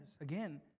Again